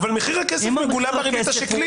אבל מחיר הכסף מגולם בריבית השקלית.